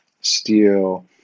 steel